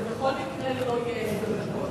שמונה דקות לרשותך.